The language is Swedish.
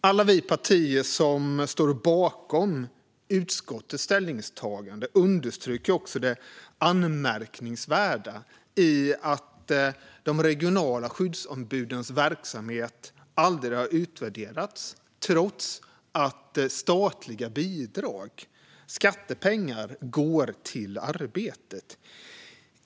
Alla vi partier som står bakom utskottets ställningstagande understryker också det anmärkningsvärda i att de regionala skyddsombudens verksamhet aldrig har utvärderats, trots att statliga bidrag - alltså skattepengar - går till arbetet.